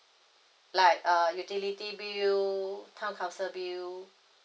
like uh utility bill town council bill